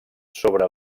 sobre